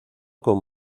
con